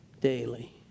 daily